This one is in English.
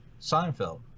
Seinfeld